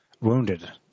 wounded